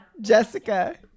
Jessica